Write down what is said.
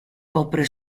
copre